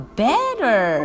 better